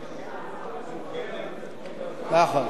נכון.